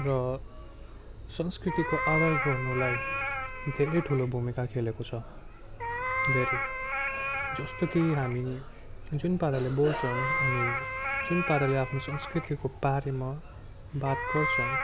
र संस्कृतिको आदर गर्नुलाई धेरै ठुलो भूमिका खेलेको छ धेरै जस्तो कि हामी जुन पाराले बोल्छौँ हामी जुन पाराले आफ्नो संस्कृतिको बारेमा बात गर्छौँ